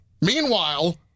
Meanwhile